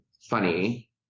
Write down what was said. funny